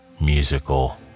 musical